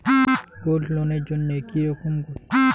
Gold লোনের জইন্যে কি রকম করি অ্যাপ্লাই করিবার লাগে?